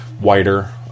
wider